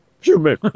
human